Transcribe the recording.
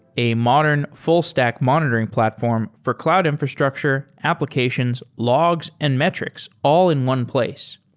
a modern, full-stack monitoring platform for cloud infrastructure, applications, logs and metrics all in one place.